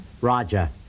Roger